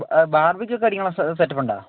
ആ ബാർബിക്യു ഒക്കെ അടിക്കുന്ന സെറ്റപ്പ് ഉണ്ടോ